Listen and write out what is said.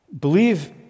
believe